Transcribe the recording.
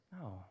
No